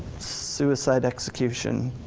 suicide execution.